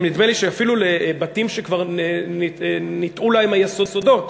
נדמה לי אפילו לבתים שכבר נבנו להם היסודות,